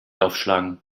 aufschlagen